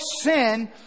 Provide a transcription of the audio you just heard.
sin